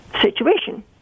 situation